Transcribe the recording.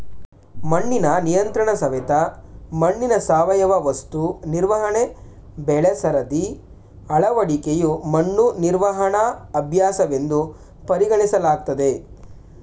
ಮಣ್ಣಿನ ನಿಯಂತ್ರಣಸವೆತ ಮಣ್ಣಿನ ಸಾವಯವ ವಸ್ತು ನಿರ್ವಹಣೆ ಬೆಳೆಸರದಿ ಅಳವಡಿಕೆಯು ಮಣ್ಣು ನಿರ್ವಹಣಾ ಅಭ್ಯಾಸವೆಂದು ಪರಿಗಣಿಸಲಾಗ್ತದೆ